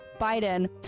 biden